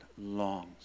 longs